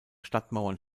stadtmauern